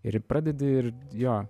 ir pradedi ir jo